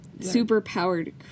super-powered